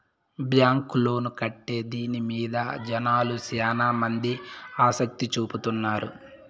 bank loan కంటే దీని మీద జనాలు శ్యానా మంది ఆసక్తి చూపుతున్నారు